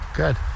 good